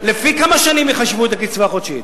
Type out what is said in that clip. לפי כמה שנים יחשבו את הקצבה החודשית?